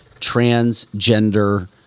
transgender